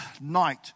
night